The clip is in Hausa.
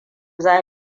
za